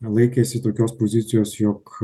laikėsi tokios pozicijos jog